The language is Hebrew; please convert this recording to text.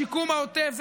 לשיקום העוטף,